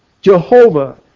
Jehovah